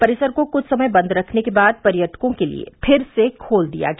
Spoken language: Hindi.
परिसर को कुछ समय बंद रखने के बाद पर्यटकों के लिए फिर से खोल दिया गया